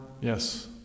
Yes